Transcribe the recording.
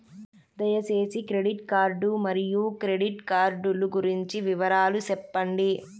దయసేసి credit card మరియు credit కార్డు లు గురించి వివరాలు సెప్పండి?